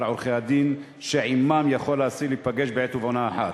עורכי-הדין שעמם האסיר יכול להיפגש בעת ובעונה אחת.